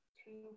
two